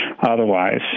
Otherwise